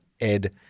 Ed